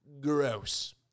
Gross